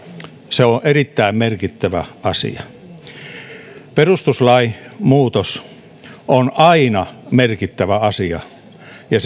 se on erittäin merkittävä asia perustuslain muutos on aina merkittävä asia ja